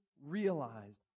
realized